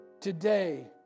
today